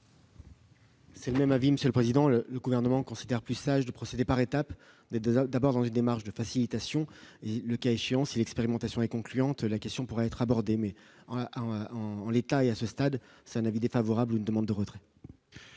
C'est ma vie, Monsieur le Président, le gouvernement considère plus sage de procéder par étapes, 2 d'abord dans les démarches de facilitation et, le cas échéant si l'expérimentation est concluante, la question pourrait être abordée, mais en en en l'état et à ce stade, c'est un avis défavorable, une demande de retrait.